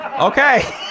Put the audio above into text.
Okay